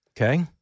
Okay